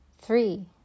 Three